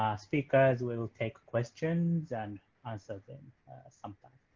ah speakers will take questions and answer them sometimes.